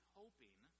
hoping